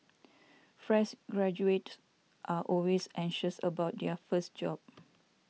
fresh graduates are always anxious about their first job